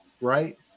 right